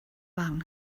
barn